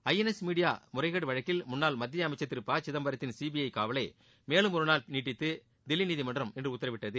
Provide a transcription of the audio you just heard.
INX media முறைகேடு வழக்கில் முன்னாள் மத்திய அமைச்சர் திரு ப சிதம்பரத்தின் சிபிஐ காவலை மேலும் ஒருநாள் நீட்டித்து தில்லி நீதிமன்றம் இன்று உத்தரவிட்டது